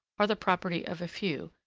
are the property of a few,